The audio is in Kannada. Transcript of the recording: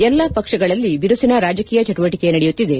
ಎಲ್ಲಾ ಪಕ್ಷಗಳಲ್ಲಿ ಬಿರುಸಿನ ರಾಜಕೀಯ ಚಟುವಟಿಕೆ ನಡೆಯುತ್ತಿದೆ